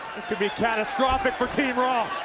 this can be catastrophic for team raw.